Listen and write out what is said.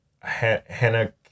hannah